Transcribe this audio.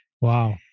Wow